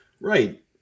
right